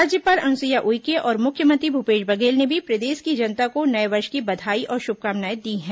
राज्यपाल अनुसुईया उइके और मुख्यमंत्री भूपेश बघेल ने भी प्रदेश की जनता को नये वर्ष की बधाई और शुभकामनाएं दी हैं